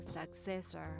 successor